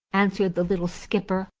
answered the little skipper,